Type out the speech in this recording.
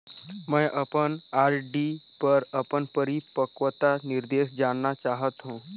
मैं अपन आर.डी पर अपन परिपक्वता निर्देश जानना चाहत हों